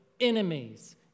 enemies